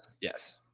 yes